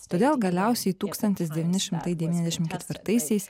todėl galiausiai tūkstantis devyni šimtai devyniasdešim ketvirtaisiais